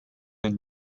and